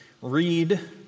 read